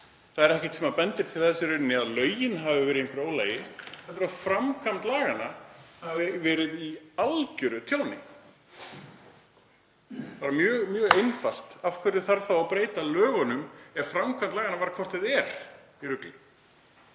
Það er ekkert sem bendir til þess að lögin hafi verið í einhverju ólagi heldur að framkvæmd laganna hafi verið í algeru tjóni. Það er mjög einfalt. Af hverju þarf þá að breyta lögunum ef framkvæmd laganna var hvort eð er í rugli?